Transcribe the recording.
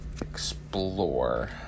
explore